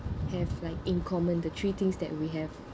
have like in common the three things that we have